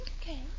okay